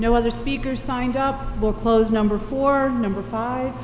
no other speaker signed up will close number four number five